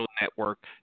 Network